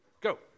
go